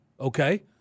okay